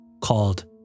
called